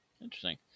Interesting